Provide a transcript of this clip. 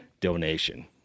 donation